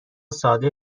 ساده